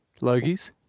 Logies